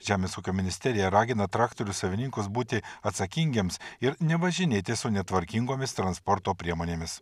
žemės ūkio ministerija ragina traktorių savininkus būti atsakingiems ir nevažinėti su netvarkingomis transporto priemonėmis